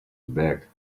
back